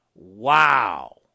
Wow